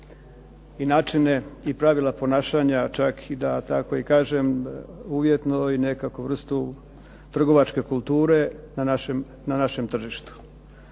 i načine i pravila ponašanja, čak i da tako kažem uvjetno i nekakvu vrstu trgovačke kulture na našem tržištu.